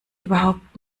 überhaupt